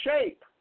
shape